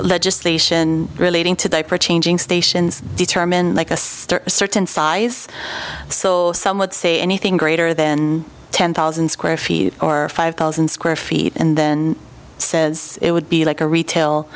legislation relating to the opera changing stations determine like a star a certain size saw some would say anything greater than ten thousand square feet or five thousand square feet and then says it would be like a retail